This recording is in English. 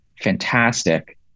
fantastic